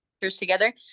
together